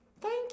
Thank